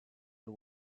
are